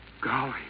Golly